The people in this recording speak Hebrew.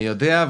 אני יודע,